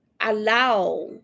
allow